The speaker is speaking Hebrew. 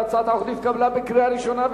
הצעת החוק התקבלה בקריאה ראשונה,